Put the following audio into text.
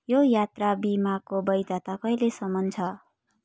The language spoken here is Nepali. यो यात्रा बिमाको वैधता कहिलेसम्म छ